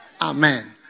Amen